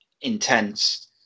intense